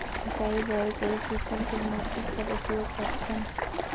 सिंचाई बर कई किसम के मोटर कर उपयोग करथन?